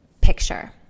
picture